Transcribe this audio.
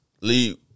leave